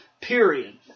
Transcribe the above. period